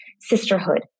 sisterhood